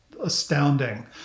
astounding